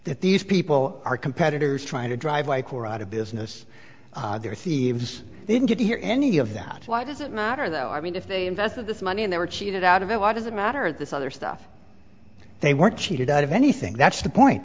that these people are competitors trying to drive or out of business they're thieves didn't get to hear any of that why does it matter though i mean if they invested this money and they were cheated out of it why does it matter this other stuff they were cheated out of anything that's the point